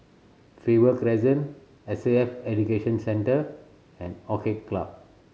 Faber Crescent S A F Education Centre and Orchid Club